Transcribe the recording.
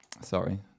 Sorry